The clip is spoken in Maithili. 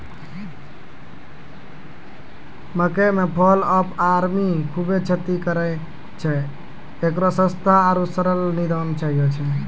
मकई मे फॉल ऑफ आर्मी खूबे क्षति करेय छैय, इकरो सस्ता आरु सरल निदान चाहियो छैय?